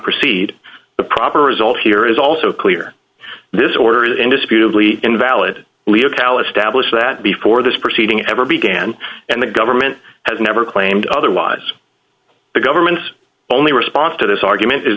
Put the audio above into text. proceed the proper result here is also clear this order indisputably invalid leo calif stablish that before this proceeding ever began and the government has never claimed otherwise the government's only response to this argument is